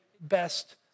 best